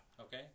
okay